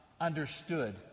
understood